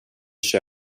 sig